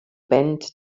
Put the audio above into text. bent